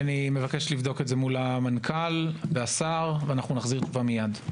מבקש לבדוק את זה מול המנכ"ל והשר ונחזיר תשובה מייד.